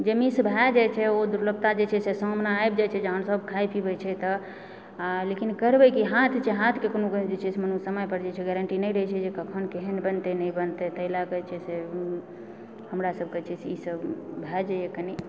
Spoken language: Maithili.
जे मिस भए जाइत छै ओ दुर्लभता जे छै से सामना आबय जाय छै जहन सब खाय पीबय छै तऽआ लेकिन करबै की हाथ छै हाथ कऽ कोनो मनुख जे छै मनुख समय पर गारण्टी नहि दए छै की कखन केहन बनतै नहि बनतै एहि लए कऽजे छै से हमरा सबकेँ जे छै से ई सब भए जाइए कनी